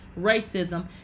racism